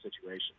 situation